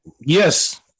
Yes